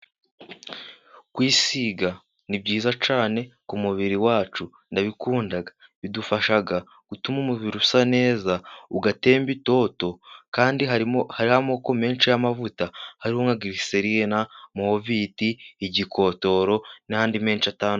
Kwisiga ni byiza cyane k'mubiri wacu, ndabikunda. Bidufasha gutuma umubiri usa neza, ugatemba itoto. Kandi hariho amoko menshi y'amavuta. Hariho nka glyceline na moviti igikotoro n'andi menshi atandukanye.